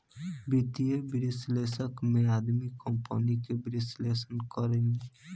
वित्तीय विश्लेषक में आदमी कंपनी के विश्लेषण करेले